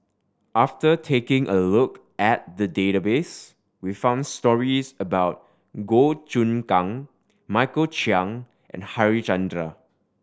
after taking a look at the database we found stories about Goh Choon Kang Michael Chiang and Harichandra